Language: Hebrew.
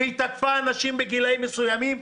היא תקפה אנשים בגילאים מסוימים,